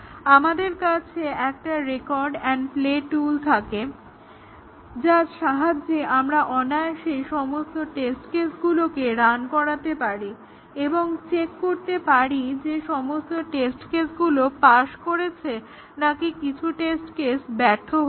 আমাদের কাছে একটা রেকর্ড এন্ড প্লে টুল থাকলে আমরা অনায়াসেই সমস্ত টেস্ট কেসগুলোকে রান করাতে পারি এবং চেক করতে পারি যে সমস্ত টেস্ট কেসগুলো পাস করেছে নাকি কিছু টেস্ট কেস ব্যর্থ হয়েছে